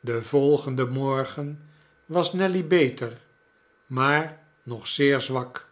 den volgenden morgen was nelly beter maar nog zeer zwak